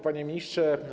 Panie Ministrze!